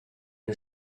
you